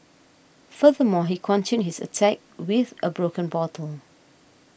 furthermore he continued his attack with a broken bottle